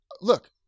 Look